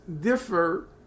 differ